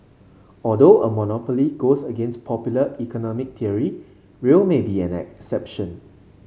although a monopoly goes against popular economic theory rail may be an exception